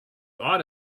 ought